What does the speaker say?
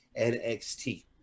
NXT